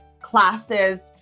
classes